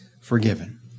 forgiven